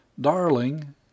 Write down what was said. Darling